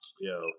yo